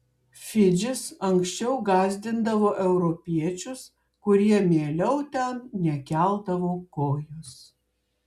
fidžis anksčiau gąsdindavo europiečius kurie mieliau ten nekeldavo kojos